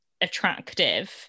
attractive